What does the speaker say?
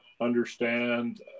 understand